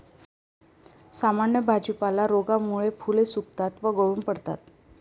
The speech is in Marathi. सामान्य भाजीपाला रोगामुळे फुले सुकतात व गळून पडतात